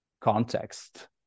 context